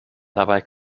dabei